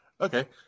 Okay